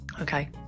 Okay